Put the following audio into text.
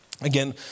again